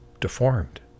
deformed